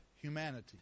humanity